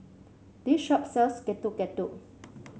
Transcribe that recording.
this shop sells Getuk Getuk